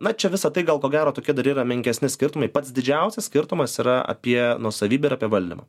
na čia visa tai gal ko gero tokie dar yra menkesni skirtumai pats didžiausias skirtumas yra apie nuosavybę ir apie valdymą